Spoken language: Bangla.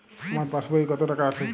আমার পাসবই এ কত টাকা আছে?